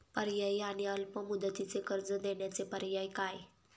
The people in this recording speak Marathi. पर्यायी आणि अल्प मुदतीचे कर्ज देण्याचे पर्याय काय?